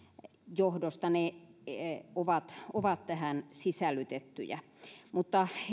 johdosta ovat ovat tähän sisällytettyjä mutta